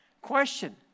Question